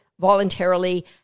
voluntarily